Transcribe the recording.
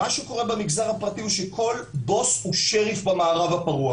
מה שקורה במגזר הפרטי שכל בוס הוא שריף במערב הפרוע,